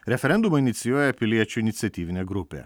referendumą inicijuoja piliečių iniciatyvinė grupė